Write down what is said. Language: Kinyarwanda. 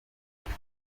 njye